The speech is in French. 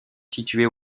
située